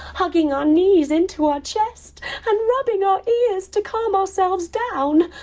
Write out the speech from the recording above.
hugging our knees into our chest and rubbing our ears to calm ourselves down.